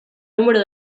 número